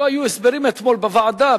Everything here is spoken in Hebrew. היו הסברים אתמול בוועדה,